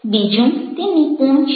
બીજું તે નિપુણ છે